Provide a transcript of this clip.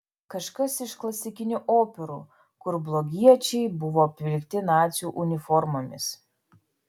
kažkas iš klasikinių operų kur blogiečiai buvo apvilkti nacių uniformomis